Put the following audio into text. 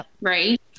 right